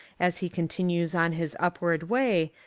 as he continues on his upward way,